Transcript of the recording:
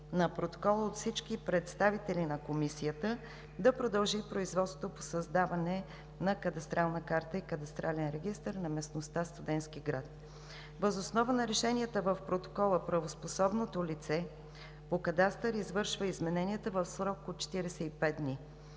на протокола от всички представители на Комисията да продължи производството по създаване на кадастрална карта и кадастрален регистър на местността „Студентски град“. Въз основа на решенията в протокола, правоспособното лице по кадастър извършва измененията в срок от 45 дни.